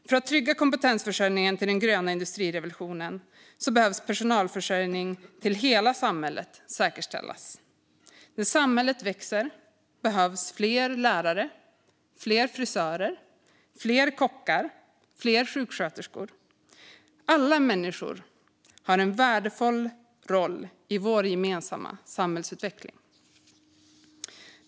För att trygga kompetensförsörjningen till den gröna industrirevolutionen behöver personalförsörjningen till hela samhället säkerställas. När samhällen växer behövs fler lärare, fler frisörer, fler kockar och fler sjuksköterskor. Alla människor har en värdefull roll i vår gemensamma samhällsutveckling.